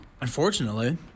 Unfortunately